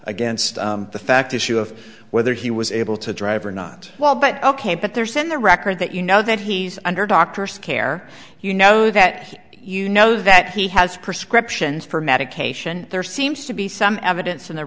against the fact issue of whether he was able to drive or not well but ok but there send the record that you know that he's under doctor's care you know that you know that he has prescriptions for medication there seems to be some evidence in the